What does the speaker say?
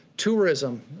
tourism